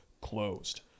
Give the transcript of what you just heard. closed